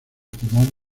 timón